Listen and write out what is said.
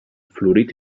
florit